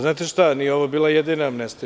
Znate šta, nije ovo bila jedina amnestija.